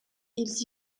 ils